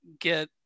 get